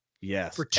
yes